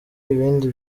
ibindi